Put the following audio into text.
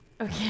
Okay